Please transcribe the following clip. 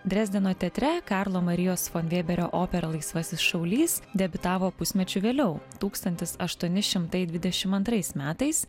drezdeno teatre karlo marijos von vėberio opera laisvasis šaulys debiutavo pusmečiu vėliau tūkstantis aštuoni šimtai dvidešim antrais metais